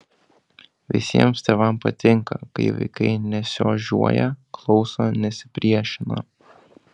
visiems tėvams patinka kai vaikai nesiožiuoja klauso nesipriešina